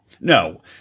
No